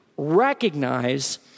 Recognize